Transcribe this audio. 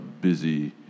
busy